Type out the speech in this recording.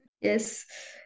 yes